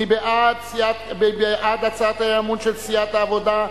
מי בעד הצעת האי-אמון של סיעת העבודה?